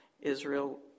Israel